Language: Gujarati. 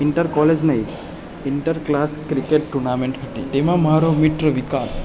ઇન્ટર કોલેજ નહીં ઇન્ટર ક્લાસ ક્રિકેટ ટુર્નામેન્ટ હતી તેમાં મારો મિત્ર વિકાસ